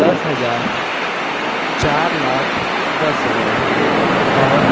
दस हज़ार चार लाख दस हज़ार और